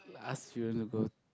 ask you want to go